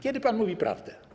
Kiedy pan mówi prawdę?